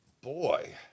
boy